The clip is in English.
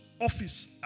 office